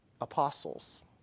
apostles